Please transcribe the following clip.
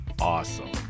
awesome